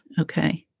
Okay